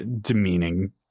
demeaning